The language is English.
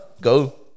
go